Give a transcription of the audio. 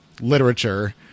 literature